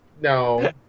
No